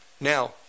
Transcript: Now